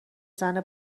زنه